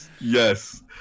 yes